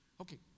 Okay